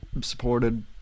supported